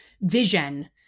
vision